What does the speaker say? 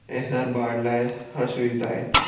ऐं हर ॿार लाइ हर सुविधा आहे